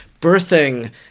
birthing